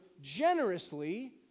generously